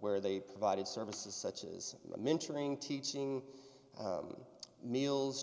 where they provided services such as mentoring teaching meals